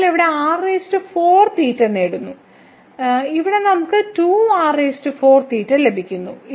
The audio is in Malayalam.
നമ്മൾ ഇവിടെ നേടുന്നു ഇവിടെ നമുക്ക് ലഭിക്കുന്നു